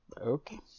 Okay